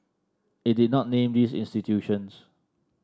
it did not name these institutions